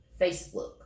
Facebook